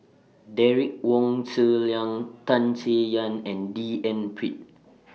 Derek Wong Zi Liang Tan Chay Yan and D N Pritt